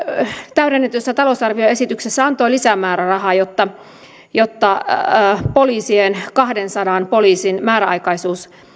täydennetyssä talousarvioesityksessä antoi lisämäärärahaa jotta jotta kahdensadan poliisin määräaikaisuus